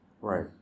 Right